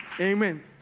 amen